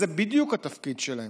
וזה בדיוק התפקיד שלהם: